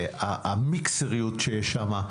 והמיקסריות ששם,